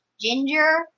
Ginger